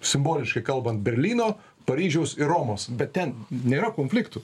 simboliškai kalbant berlyno paryžiaus ir romos bet ten nėra konfliktų